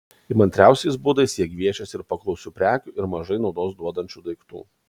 įmantriausiais būdais jie gviešiasi ir paklausių prekių ir mažai naudos duodančių daiktų